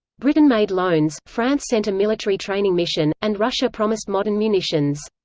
britain made loans, france sent a military training mission, and russia promised modern munitions.